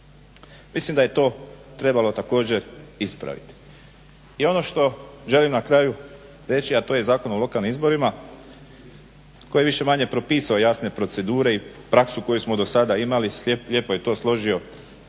Mislim da je to trebalo također ispraviti. I ono što želim na kraju reći, a to je Zakon o lokalnim izborima koji je više-manje propisao jasne procedure i praksu koju smo do sada imali. Lijepo je to složio